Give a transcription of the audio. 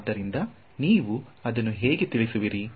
ಆದ್ದರಿಂದ ನೀವು ಅದನ್ನು ಹೇಗೆ ತಿಳಿಯುವಿರಿ